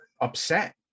upset